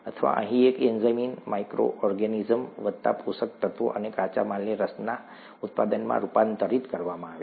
અથવા અહીં એક એન્ઝાઇમ માઇક્રો ઓર્ગેનિઝમ વત્તા પોષક તત્વો અને કાચા માલને રસના ઉત્પાદનમાં રૂપાંતરિત કરવામાં આવે છે